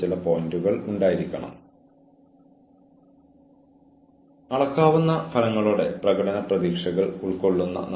നിശ്ചയിച്ചിട്ടുള്ള നടപടിക്രമങ്ങളുടെ പരമ്പര പിന്തുടരുക